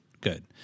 good